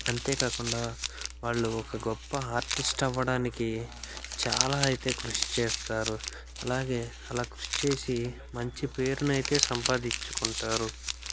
అంతే కాకుండా వాళ్ళు ఒక గొప్ప ఆర్టిస్ట్ అవ్వడానికి చాలా అయితే కృషి చేస్తారు అలాగే అలా కృషి చేసి మంచి పేరునైతే సంపాదించుకుంటారు